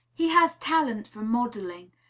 he has talent for modelling,